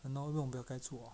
!hannor! why 我不要盖住 hor